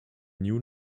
new